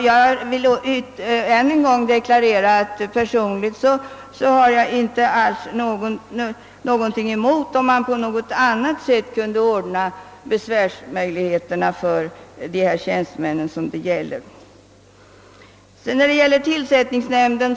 Jag vill än en gång deklarera, att jag personligen inte alls har någonting emot om man på något annat sätt skulle kunna ordna besvärsmöjligheterna för de berörda tjänstemännen.